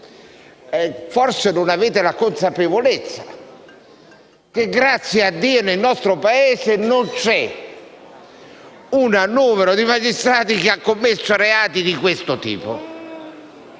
Forse non avete la consapevolezza che, grazie a Dio, nel nostro Paese non c'è un numero apprezzabile di magistrati che abbia commesso reati di questo tipo;